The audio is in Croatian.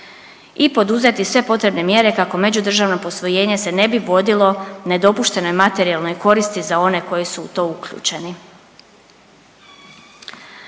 i poduzeti sve potrebne mjere kako međudržavno posvojenje se ne bi vodilo nedopuštenoj materijalnoj koristi za one koji su u to uključeni.